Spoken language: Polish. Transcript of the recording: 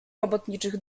robotniczych